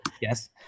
yes